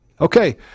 Okay